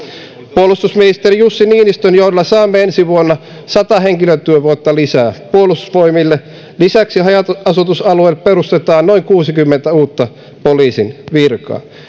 puolustusministeri jussi niinistön johdolla saamme ensi vuonna sata henkilötyövuotta lisää puolustusvoimille lisäksi haja asutusalueille perustetaan noin kuusikymmentä uutta poliisin virkaa